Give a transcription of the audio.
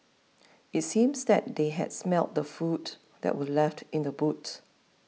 it seemed that they had smelt the food that were left in the boot